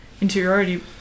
interiority